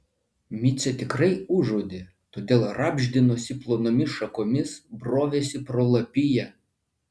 micė tikrai užuodė todėl rabždinosi plonomis šakomis brovėsi pro lapiją